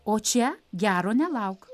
o čia gero nelauk